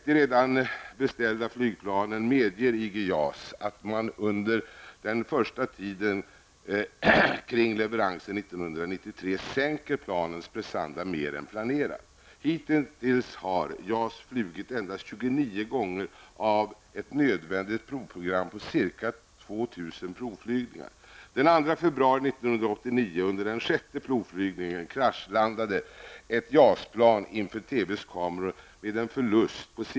IG-JAS att man under den första tiden kring leveransen 1993 sänker planens prestanda mer än planerat. Hittills har JAS flugit endast 29 gånger av ett nödvändigt program på ca 2 000 provflygningar.